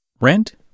Rent